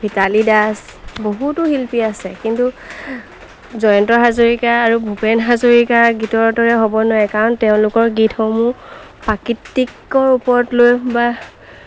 ভিতালী দাস বহুতো শিল্পী আছে কিন্তু জয়ন্ত হাজৰিকা আৰু ভূপেন হাজৰিকাৰ গীতৰ দৰে হ'ব নোৱাৰে কাৰণ তেওঁলোকৰ গীতসমূহ প্ৰাকৃতিকৰ ওপৰত লৈ বা